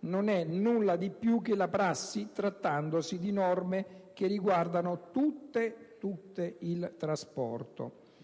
non è nulla di più che la prassi, trattandosi di norme che riguardano tutte il trasporto.